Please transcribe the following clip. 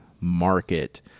market